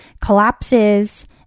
collapses